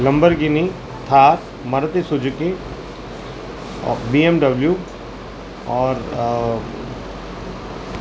Lamborghini Thar Maruti Suzuki B M W اور